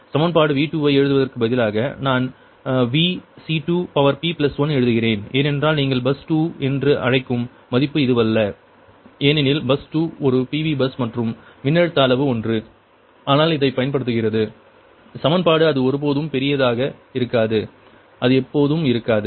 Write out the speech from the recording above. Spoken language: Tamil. சமன்பாடு V2 ஐ எழுதுவதற்குப் பதிலாக நான் Vc2p1 எழுதுகிறேன் ஏனென்றால் நீங்கள் பஸ் 2 என்று அழைக்கும் மதிப்பு இதுவல்ல ஏனெனில் பஸ் 2 ஒரு PV பஸ் மற்றும் மின்னழுத்த அளவு ஒன்று ஆனால் இதைப் பயன்படுத்துகிறது சமன்பாடு அது ஒருபோதும் பெரியதாக இருக்காது அது எப்போதும் இருக்காது